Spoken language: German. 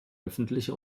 öffentliche